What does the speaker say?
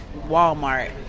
Walmart